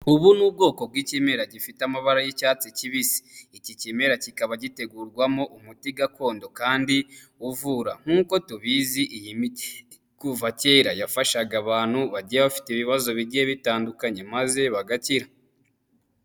Ubu ni ubwoko bw'ikimera gifite amabara y'icyatsi kibisi. Iki kimera kikaba gitegurwamo umuti gakondo kandi uvura. Nk'uko tubizi iyi miti kuva kera yafashaga abantu bagiye bafite ibibazo bigiye bitandukanye maze bagakirara.